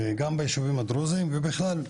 גם בישובים הדרוזים ובכלל,